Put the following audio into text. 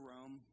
Rome